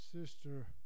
Sister